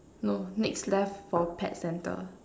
no next left for pet center